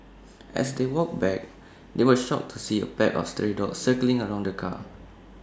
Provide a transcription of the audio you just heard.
as they walked back they were shocked to see A pack of stray dogs circling around the car